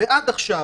ועד עכשיו,